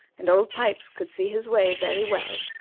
and old pipes could see his way very well.